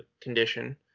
condition